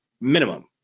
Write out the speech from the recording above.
minimum